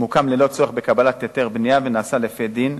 מוקם ללא צורך בקבלת היתר בנייה ונעשה לפי הדין,